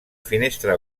finestra